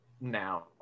now